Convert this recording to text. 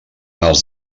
els